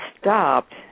stopped